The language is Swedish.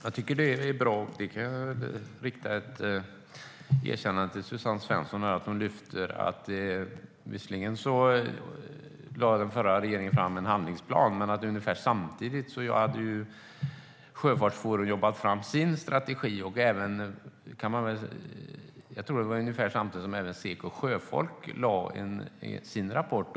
Herr talman! Jag tycker att det är bra att Suzanne Svensson lyfter fram att den förra regeringen visserligen lade fram en handlingsplan. Men ungefär samtidigt hade Sjöfartsforum jobbat fram sin strategi. Jag tror att det var ungefär samtidigt som Seko Sjöfolk lade fram sin rapport.